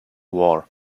war